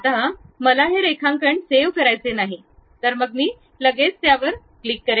आता मला हे रेखांकन सेव्ह करायचे नाही तर मग मी लगेच त्यावर क्लिक करा